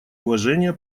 уважение